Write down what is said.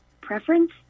preference